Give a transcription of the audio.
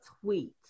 tweet